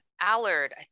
Allard